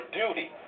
duty